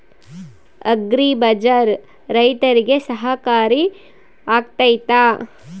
Agri bazaar ರೈತರಿಗೆ ಸಹಕಾರಿ ಆಗ್ತೈತಾ?